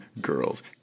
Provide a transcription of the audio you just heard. Girls